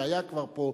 שהיה כבר פה,